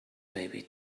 baby